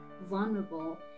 vulnerable